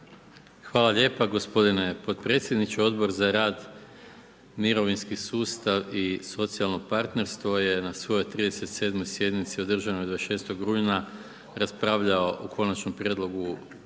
Hvala lijepa gospodine potpredsjedniče. Odbor za rad, mirovinski sustav i socijalno partnerstvo je na svojoj 37. sjednici održanoj 26. rujna raspravljao o Konačnom prijedlogu